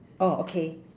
orh okay